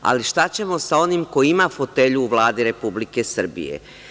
Ali, šta ćemo sa onim ko ima fotelju u Vladi Republike Srbije?